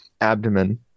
abdomen